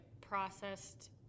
processed